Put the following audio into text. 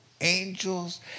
angels